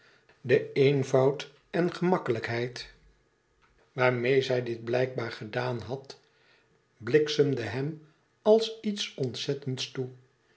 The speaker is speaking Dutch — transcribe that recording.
de eenvoud en gemakkelijkheid waarmeê zij dit blijkbaar gedaan had bliksemde hem als iets ontzettends toe